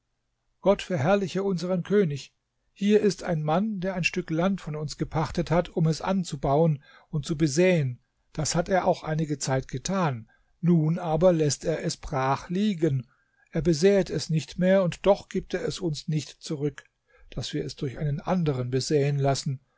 gott verherrliche unseren könig hier ist ein mann der ein stück land von uns gepachtet hat um es anzubauen und zu besäen das hat er auch einige zeit getan nun aber läßt er es brach liegen er besäet es nicht mehr und doch gibt er es uns nicht zurück daß wir es durch einen anderen besäen lassen